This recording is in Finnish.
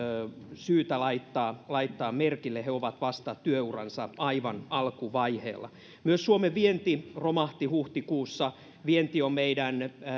syytä laittaa laittaa merkille he ovat vasta työuransa aivan alkuvaiheilla myös suomen vienti romahti huhtikuussa vienti on